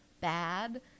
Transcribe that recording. bad